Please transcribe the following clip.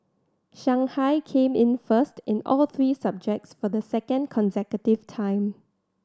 Shanghai came in first in all three subjects for the second consecutive time